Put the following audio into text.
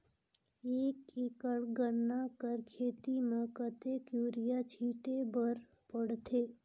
एक एकड़ गन्ना कर खेती म कतेक युरिया छिंटे बर पड़थे?